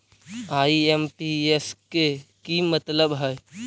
IMPS के कि मतलब है?